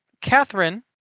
Catherine